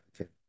okay